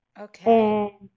Okay